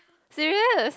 serious